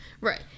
right